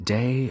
Day